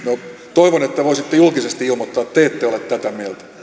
toivon että voisitte julkisesti ilmoittaa että te ette ole tätä mieltä